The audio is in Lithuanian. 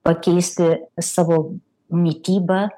pakeisti savo mitybą